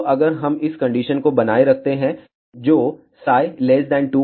तो अगर हम इस कंडीशन को बनाए रखते हैं जो 2π है